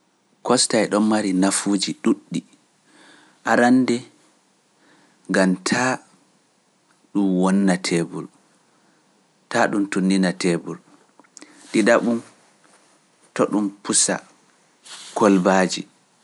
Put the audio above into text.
Coaster e don mari nafuji boddi bana taa dun wonna tebur, didabunwoni to dun pusa kolbaji